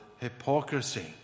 hypocrisy